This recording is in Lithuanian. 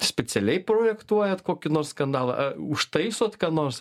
specialiai projektuojat kokį nors skandalą ar užtaisot ką nors